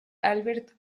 albert